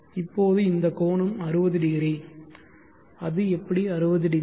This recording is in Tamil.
இப்போது இந்த கோணம் 600 அது எப்படி 600